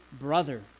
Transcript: brother